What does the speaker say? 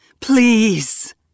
Please